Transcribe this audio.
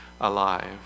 alive